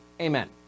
Amen